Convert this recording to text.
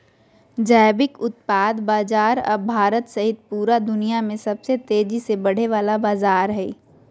जैविक उत्पाद बाजार अब भारत सहित पूरा दुनिया में सबसे तेजी से बढ़े वला बाजार हइ